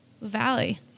Valley